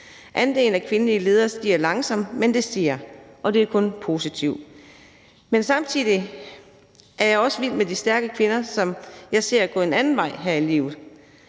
Andelen af kvindelige ledere stiger langsomt, men den stiger, og det er kun positivt. Men samtidig er jeg også vild med de stærke kvinder, som jeg ser gå en anden vej her i livet